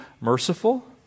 merciful